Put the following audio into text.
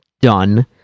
done